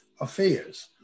affairs